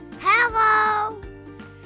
Hello